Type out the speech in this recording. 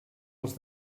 els